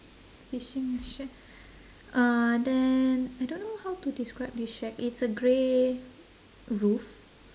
fishing shack uh then I don't know how to describe this shack it's a grey roof